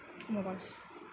no voice